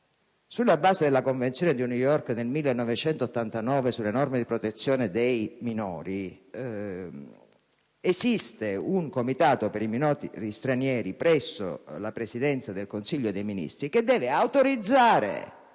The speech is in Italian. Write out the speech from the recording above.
sulla base della Convenzione di New York del 1989 sui diritti del fanciullo, esiste un Comitato per i minori stranieri, presso la Presidenza del Consiglio dei ministri, che deve autorizzare